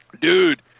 Dude